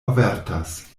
avertas